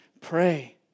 pray